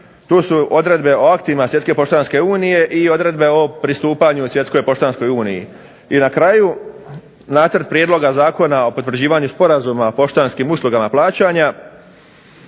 tu su odredbe o aktima Svjetske poštanske unije i odredbe o pristupanju Svjetskoj poštanskoj uniji. I na kraju nacrt Prijedloga Zakona o potvrđivanju Sporazuma o poštanskim uslugama plaćanja.